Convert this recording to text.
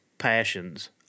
passions